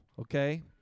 okay